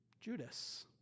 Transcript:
Judas